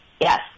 Yes